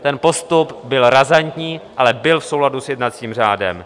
Ten postup byl razantní, ale byl v souladu s jednacím řádem.